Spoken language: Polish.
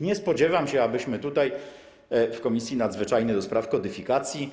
Nie spodziewam się, abyśmy w Komisji Nadzwyczajnej do spraw kodyfikacji,